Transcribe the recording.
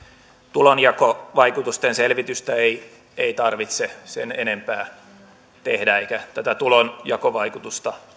tulonjakovaikutusten selvitystä ei ei tarvitse sen enempää tehdä eikä tätä tulonjakovaikutusta